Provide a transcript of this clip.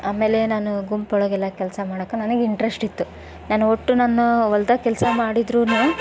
ಆಮೇಲೆ ನಾನು ಗುಂಪು ಒಳಗೆಲ್ಲ ಕೆಲಸ ಮಾಡಕ್ಕೆ ನನಗೆ ಇಂಟ್ರೆಸ್ಟ್ ಇತ್ತು ನಾನು ಒಟ್ಟು ನಾನು ಹೊಲ್ದಾಗ್ ಕೆಲಸ ಮಾಡಿದ್ರೂನು